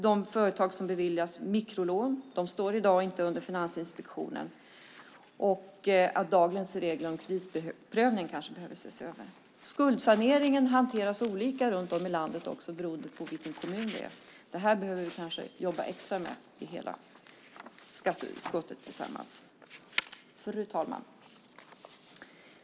De företag som beviljar mikrolån står i dag inte under Finansinspektionens kontroll. Kanske behöver också dagens regler om kreditprövning ses över. När det gäller skuldsanering hanteras den olika runt om i landet. Det här behöver vi kanske jobba extra med hela skatteutskottet tillsammans. Fru talman!